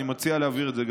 אני מציע להעביר את זה,